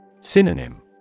Synonym